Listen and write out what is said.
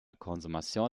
consommation